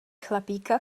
chlapíka